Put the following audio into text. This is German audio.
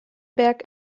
berg